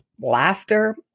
laughter